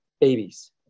babies